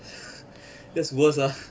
that's worse ah